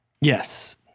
Yes